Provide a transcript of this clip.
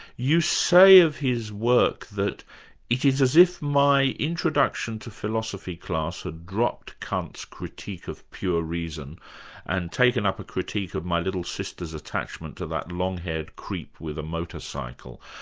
you say of his work that it is as if my introduction to philosophy class had dropped kant's critique of pure reason and taken up a critique of my little sister's attachment to that long-haired creep with a motor-cycle.